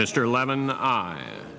mr lemon i